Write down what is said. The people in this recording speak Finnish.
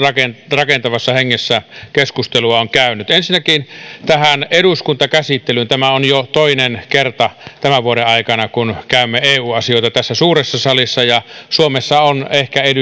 rakentavassa hengessä keskustelua on käyty ensinnäkin tähän eduskuntakäsittelyyn tämä on jo toinen kerta tämän vuoden aikana kun käymme läpi eu asioita tässä suuressa salissa ja suomessa on ehkä